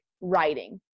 writing